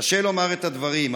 קשה לומר את הדברים,